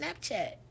snapchat